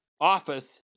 office